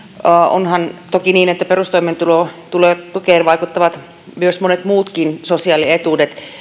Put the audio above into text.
onhan toki niin että perustoimeentulotukeen vaikuttavat monet muutkin sosiaalietuudet